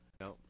No